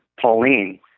Pauline